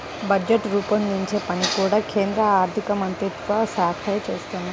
budget రూపొందించే పని కూడా కేంద్ర ఆర్ధికమంత్రిత్వ శాఖే చేస్తుంది